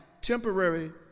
temporary